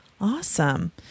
Awesome